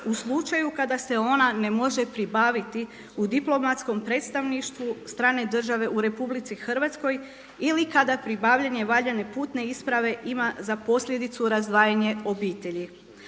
u slučaju kada se ona ne može pribaviti u diplomatskom predstavništvu strane države u RH ili kada pribavljanje valjane putne isprave ima za posljedicu razdvajanje obitelji.